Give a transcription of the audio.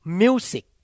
music